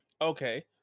Okay